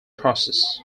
process